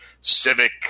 civic